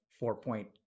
four-point